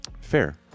Fair